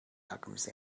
alchemist